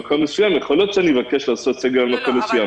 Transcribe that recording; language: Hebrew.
במקום מסוים יכול להיות שאבקש לעשות סגר על מקום מסוים.